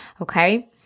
Okay